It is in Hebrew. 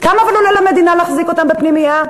כמה עולה למדינה להחזיק אותם בפנימייה?